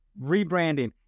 Rebranding